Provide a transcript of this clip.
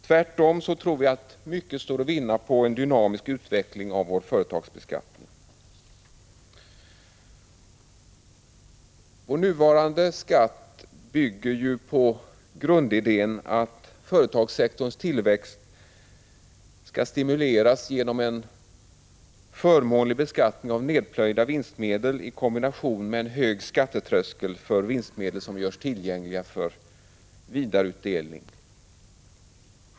Tvärtom tror vi att mycket står att vinna på en dynamisk utveckling av vår företagsbeskattning. Vår nuvarande skatt bygger ju på grundidén att företagssektorns tillväxt skall stimuleras genom en förmånlig beskattning av nedplöjda vinstmedel i kombination med en hög skattetröskel för vinstmedel som görs tillgängliga för vidare utdelning.